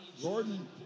Jordan